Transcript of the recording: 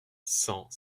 cent